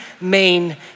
main